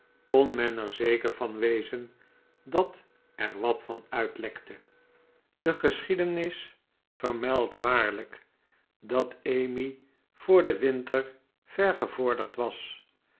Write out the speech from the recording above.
kon men er zeker van wezen dat er wat van uitlekte de geschiedenis vermeldt waarlijk dat emmy voor de winter ver gevorderd was